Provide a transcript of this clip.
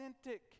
authentic